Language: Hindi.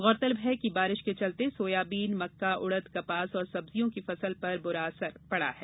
गौरतलब है कि बारिश के चलते सोयाबीन मक्का उड़द कपास और सब्जियों की फसल पर बुरा असर पड़ा है